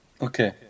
Okay